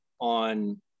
on